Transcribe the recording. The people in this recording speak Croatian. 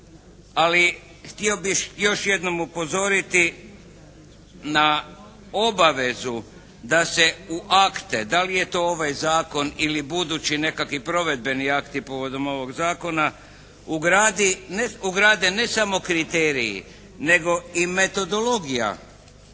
Ali htio bih još jednom upozoriti na obavezu da se u akte, da li je to ovaj zakon ili budući nekakvi provedbeni akt je povodom ovog zakona, ugrade ne samo kriteriji nego i metodologija